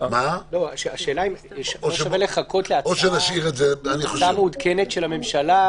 השאלה אם לא שווה לחכות להצעה מעודכנת של הממשלה?